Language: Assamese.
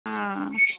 অঁ